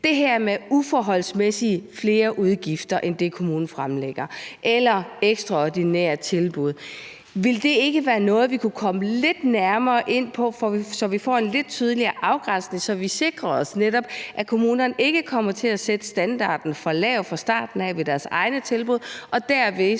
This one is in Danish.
det her med de uforholdsmæssig større udgifter end det, kommunen fremlægger, eller de ekstraordinære tilbud. Vil det ikke være noget, vi kunne komme lidt nærmere ind på, så vi får en lidt tydeligere afgrænsning, og så vi netop sikrer os, at kommunerne ikke kommer til at sætte standarden for lavt fra starten af ved deres egne tilbud? For derved